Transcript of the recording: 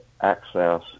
access